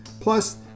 Plus